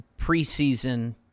preseason